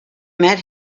met